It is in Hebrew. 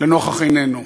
לנוכח עינינו.